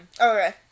Okay